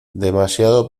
demasiado